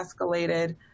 escalated